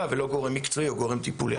ולא גורם מקצועי או גורם טיפולי אחר.